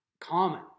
common